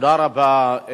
תודה רבה.